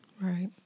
right